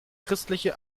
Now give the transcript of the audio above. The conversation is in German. christliche